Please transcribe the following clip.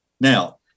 Now